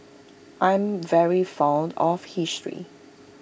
I'm very fond of history